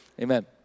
amen